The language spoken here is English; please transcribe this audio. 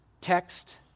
text